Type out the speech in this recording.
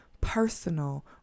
personal